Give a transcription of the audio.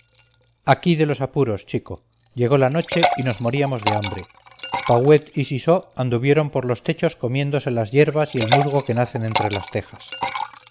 aquí de los apuros chico llegó la noche y nos moríamos de hambre pauet y sisó anduvieron por los techos comiéndose las yerbas y el musgo que nacen entre las tejas